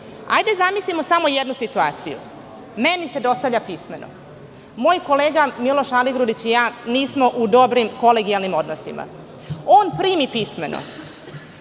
da zamislimo samo jednu situaciju. Meni se dostavlja pismeno. Moj kolega Miloš Aligrudić i ja nismo u dobrim kolegijalnim odnosima. On primi pismeno,